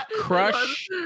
crush